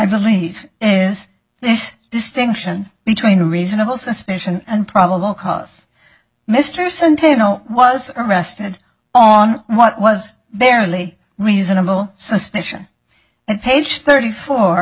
believe is this distinction between reasonable suspicion and probable cause mr centeno was arrested on what was barely reasonable suspicion and page thirty four